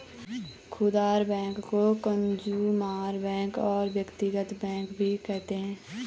खुदरा बैंक को consumer bank और व्यक्तिगत बैंक भी कहते हैं